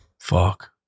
fuck